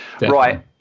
right